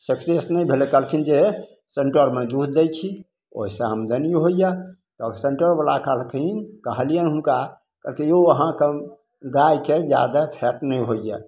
success नहि भेलय कहलखिन जे सेन्टरमे दूध दै छी ओइसँ आमदनी होइए तऽ सेन्टरवला कहलखिन कहलियनि हुनका कहलखिन यौ अहाँके गायके जादा खायल नहि होइए